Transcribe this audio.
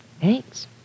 Thanks